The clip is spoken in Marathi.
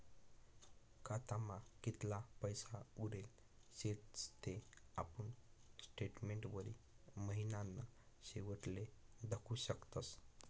खातामा कितला पैसा उरेल शेतस ते आपुन स्टेटमेंटवरी महिनाना शेवटले दखु शकतस